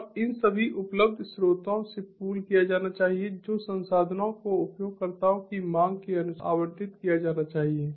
और इन सभी उपलब्ध स्रोतों से पूल किया जाना चाहिए जो संसाधनों को उपयोगकर्ताओं की मांग के अनुसार आवंटित किया जाना चाहिए